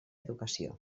educació